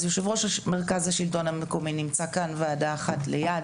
אז יושב-ראש מרכז השלטון המקומי נמצא כאן ועדה אחת ליד,